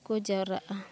ᱠᱚ ᱡᱟᱣᱨᱟᱜᱼᱟ